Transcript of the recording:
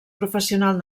professional